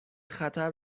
خطر